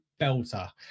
belter